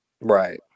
Right